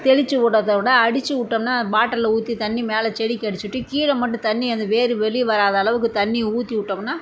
தெளிச்சு விட்றத விட அடிச்சு விட்டோம்னா பாட்டிலில் ஊற்றி தண்ணி மேலே செடிக்கு அடிச்சு விட்டு கீழே மட்டும் தண்ணியை அந்த வேர் வெளியே வராத அளவுக்கு தண்ணியை ஊற்றி விட்டோம்னா